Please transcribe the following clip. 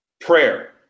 Prayer